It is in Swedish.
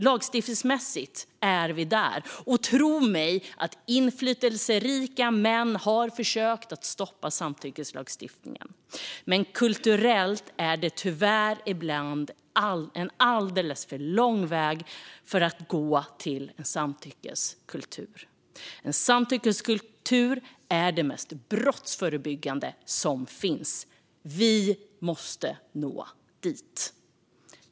Lagstiftningsmässigt är vi dock där. Tro mig - inflytelserika män har försökt att stoppa samtyckeslagstiftningen. Kulturellt är det tyvärr ibland en alldeles för lång väg att gå till en samtyckeskultur. En samtyckeskultur är det mest brottsförebyggande som finns. Vi måste nå dit.